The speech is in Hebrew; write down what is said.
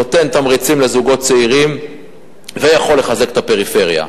נותן תמריצים לזוגות צעירים ויכול לחזק את הפריפריה.